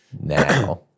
now